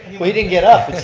when he didn't get up,